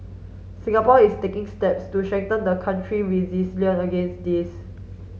Singapore is taking steps to strengthen the country against this